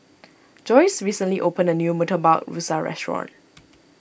Joye recently opened a new Murtabak Rusa restaurant